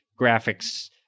graphics